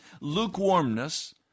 lukewarmness